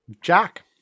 Jack